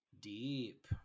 Deep